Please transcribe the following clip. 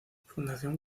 fundación